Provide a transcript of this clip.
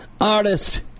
artist